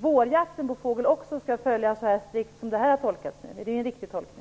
vårjakten på fågel också skall följa detta lika strikt. Är det en riktig tolkning?